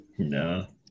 No